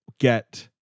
get